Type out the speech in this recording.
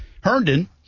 Herndon